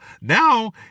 now